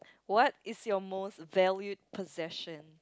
what is your most valued possessions